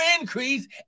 increase